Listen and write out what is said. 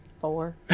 Four